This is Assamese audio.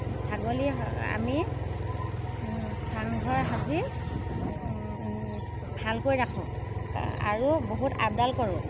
ছাগলী আমি চাংঘৰ সাজি ভালকৈ ৰাখোঁ আৰু বহুত আপডাল কৰোঁ